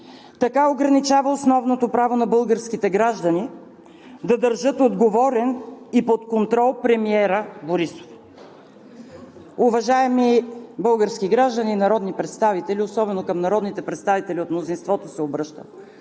Така ограничава основното право на българските граждани да държат отговорен и под контрол премиера Борисов. Уважаеми български граждани, народни представители – особено към народните представители от мнозинството се обръщам!